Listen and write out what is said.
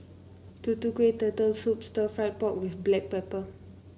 Tutu Kueh Turtle Soup Stir Fried Pork with Black Pepper